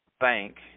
Bank